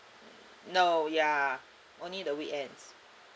no ya only the weekends